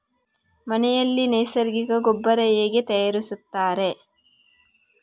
ಮನೆಯಲ್ಲಿ ನೈಸರ್ಗಿಕ ಗೊಬ್ಬರ ಹೇಗೆ ತಯಾರಿಸುತ್ತಾರೆ?